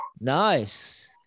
Nice